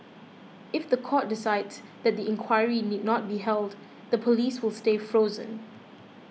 if the court decides that the inquiry need not be held the policies will stay frozen